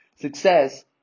Success